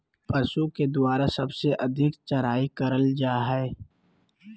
पशु के द्वारा सबसे अधिक चराई करल जा हई